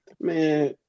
Man